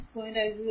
5 i 0